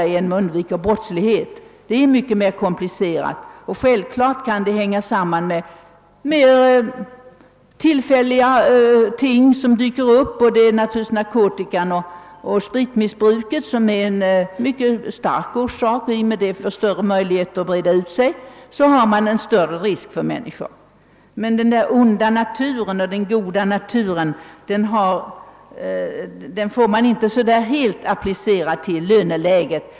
Ibland kan brottslighet naturligtvis hänga samman med tillfälliga företeelser — narkotika och spritmissbruk är starkt bidragande orsaker. Om missbruken breder ut sig, blir riskerna för brottslighet större. Men den »onda» och den »goda» naturen kan inte sättas i relation till löneläget.